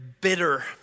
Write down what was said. bitter